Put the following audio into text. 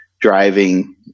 Driving